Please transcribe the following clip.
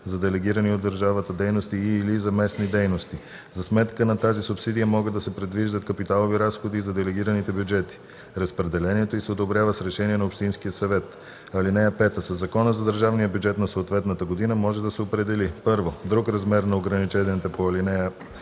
за делегирани от държавата дейности и/или за местни дейности. За сметка на тази субсидия могат да се предвиждат капиталови разходи и за делегираните бюджети. Разпределението й се одобрява с решение на общинския съвет. (5) Със закона за държавния бюджет за съответната година може да се определи: 1. друг размер на ограниченията по ал.